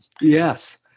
Yes